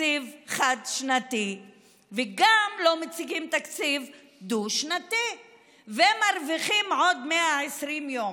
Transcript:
תקציב חד-שנתי וגם לא מציגים תקציב דו-שנתי ומרוויחים עוד 120 יום.